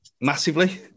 massively